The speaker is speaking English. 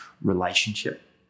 relationship